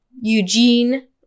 Eugene